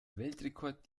weltrekord